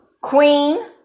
queen